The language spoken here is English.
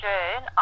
June